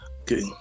Okay